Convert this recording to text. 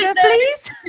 please